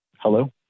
hello